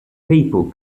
people